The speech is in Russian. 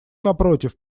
напротив